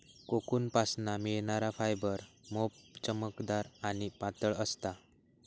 कोकूनपासना मिळणार फायबर मोप चमकदार आणि पातळ असता